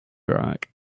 rock